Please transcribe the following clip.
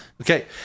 Okay